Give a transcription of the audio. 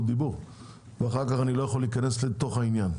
דיבור ואחר כך אני לא יכול להיכנס לתוך העניין.